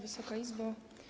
Wysoka Izbo!